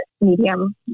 medium